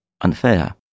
unfair